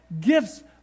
gifts